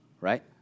right